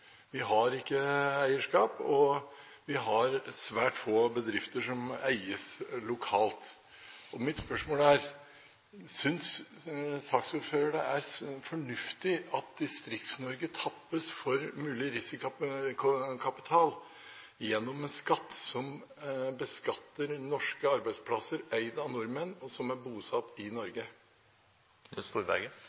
Vi har ikke eierskap, og vi har svært få bedrifter som eies lokalt. Mitt spørsmål er: Synes saksordføreren at det er fornuftig at Distrikts-Norge tappes for mulig risikokapital gjennom en skatt som beskatter norske arbeidsplasser eid av nordmenn som er bosatt i Norge?